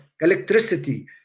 electricity